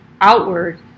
outward